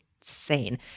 insane